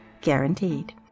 guaranteed